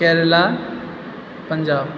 Kerala Punjab